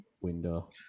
window